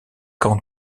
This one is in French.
camps